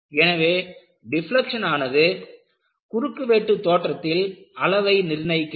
எனவே டிப்லக்க்ஷன் ஆனது குறுக்குவெட்டு தோற்றத்தில் அளவை நிர்ணயிக்கிறது